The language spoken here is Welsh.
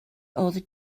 oeddet